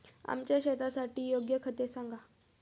आमच्या शेतासाठी योग्य खते सांगा